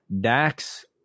Dax